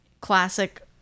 classic